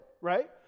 Right